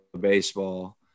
Baseball